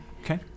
Okay